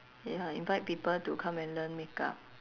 ya invite people to come and learn makeup